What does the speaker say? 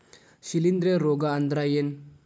ಶಿಲೇಂಧ್ರ ರೋಗಾ ಅಂದ್ರ ಏನ್?